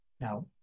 Now